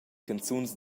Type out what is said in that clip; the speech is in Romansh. canzuns